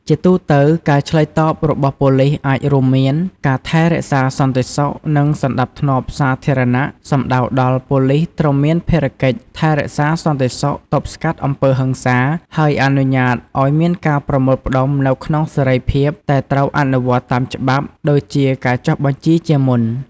ជាទូទៅ ការឆ្លើយតបរបស់ប៉ូលីសអាចរួមមាន ការថែរក្សាសន្តិសុខ និងសណ្តាប់ធ្នាប់សាធារណៈសំដៅដល់ ប៉ូលីសត្រូវមានភារៈកិច្ចថែរក្សាសន្តិសុខ ទប់ស្កាត់អំពើហិង្សា ហើយអនុញ្ញាតឲ្យមានការប្រមូលផ្តុំនៅក្នុងសេរីភាព តែត្រូវអនុវត្តតាមច្បាប់ ដូចជាការចុះបញ្ជីជាមុន។